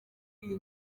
iyi